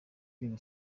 queen